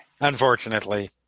Unfortunately